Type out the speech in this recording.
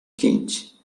quente